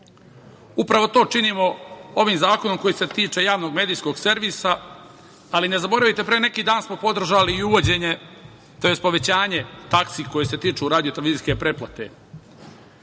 RTV.Upravo to činimo ovim zakonom koji se tiče javnog medijskog servisa, ali ne zaboravite, pre neki dan smo podržali i uvođenje, tj. povećanje taksi koje su tiču radio-televizijske pretplate.